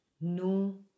no